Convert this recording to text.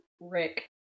Rick